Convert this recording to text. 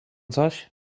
coś